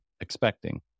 expecting